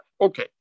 Okay